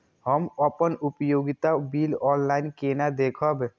हम अपन उपयोगिता बिल ऑनलाइन केना देखब?